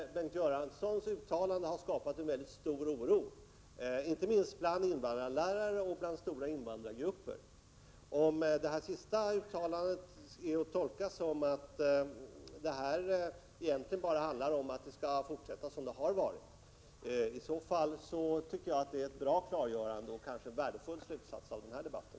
Bengt Göranssons uttalande har alltså skapat en väldigt stor oro, inte minst bland invandrarlärare och inom stora invandrargrupper. Om det sista uttalandet skall tolkas så, att det här egentligen bara handlar om att man skall fortsätta att låta det vara som det har varit, är det ett bra klargörande och kanske också en värdefull slutsats av den här debatten.